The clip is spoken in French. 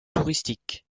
touristiques